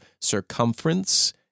Circumference